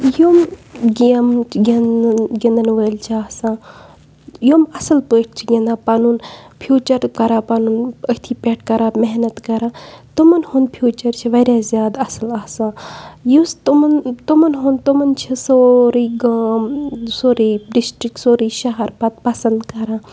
یِم گیمہٕ گِنٛدَن گِنٛدَن وٲلۍ چھِ آسان یِم اَصٕل پٲٹھۍ چھِ گِنٛدان پَنُن فیوٗچَر کَران پَنُن أتھی پٮ۪ٹھ کَران محنت کَران تمَن ہُنٛد فیوٗچَر چھِ واریاہ زیادٕ اَصٕل آسان یُس تمَن تمَن ہُنٛد تمَن چھِ سورُے گام سورُے ڈِسٹِرٛک سورُے شَہَر پَتہٕ پَسَنٛد کَران